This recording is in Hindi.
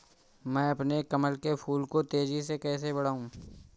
मैं अपने कमल के फूल को तेजी से कैसे बढाऊं?